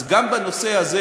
אז גם בנושא הזה